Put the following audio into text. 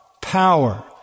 power